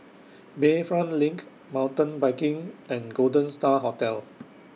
Bayfront LINK Mountain Biking and Golden STAR Hotel